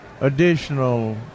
additional